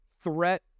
threat